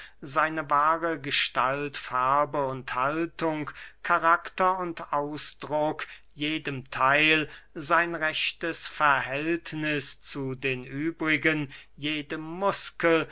seine wahre gestalt farbe und haltung karakter und ausdruck jedem theil sein rechtes verhältniß zu den übrigen jedem muskel